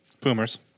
boomers